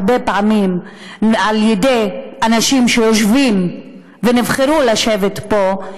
הרבה פעמים על ידי אנשים שנבחרו לשבת בו,